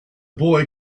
boy